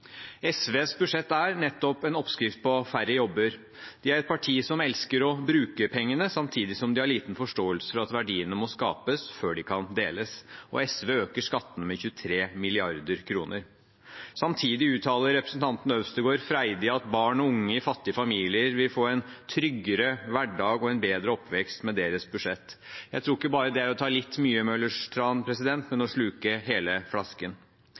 SVs budsjett er nettopp en oppskrift på færre jobber. Det er et parti som elsker å bruke pengene, samtidig som de har liten forståelse for at verdiene må skapes før de kan deles. SV øker skattene med 23 mrd. kr. Samtidig uttaler representanten Øvstegård freidig at barn og unge i fattige familier vil få en tryggere hverdag og en bedre oppvekst med deres budsjett. Jeg tror ikke det bare er å ta litt mye Møllers tran, men å sluke hele flasken.